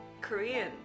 Korean